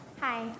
Hi